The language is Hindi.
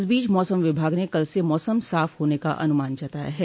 इस बीच मौसम विभाग ने कल से मौसम साफ होने का अन्मान जताया है